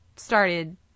Started